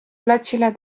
platsile